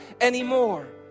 anymore